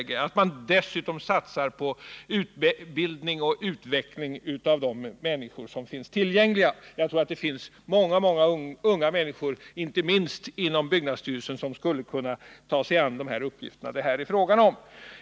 Det borde dessutom satsas på utbildning och utveckling av de människor som finns tillgängliga. Jag tror att det finns många unga och gamla människor, inte minst inom byggnadsstyrelsen, som skulle kunna ta sig an de uppgifter det här är fråga om.